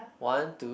one two